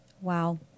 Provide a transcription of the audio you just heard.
Wow